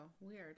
weird